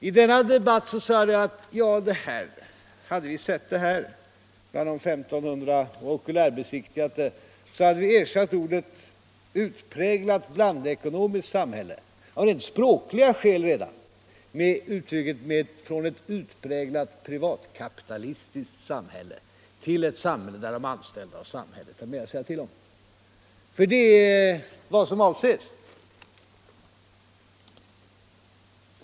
I denna debatt sade jag att hade vi sett det här uttalandet bland de 1500 okulärbesiktigade motionsutlåtandena, skulle vi — redan av rent språkliga skäl — ha ersatt uttrycket ”från ett utpräglat blandekonomiskt samhälle” med att det är ”från ett utpräglat privatkapitalistiskt samhälle” vi är på väg till ett samhälle där de anställda och samhället har mer att säga till om — för det är vad som avses!